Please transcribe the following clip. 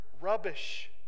rubbish